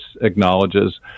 acknowledges